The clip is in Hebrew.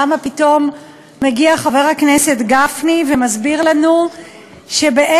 למה פתאום מגיע חבר הכנסת גפני ומסביר לנו שבעצם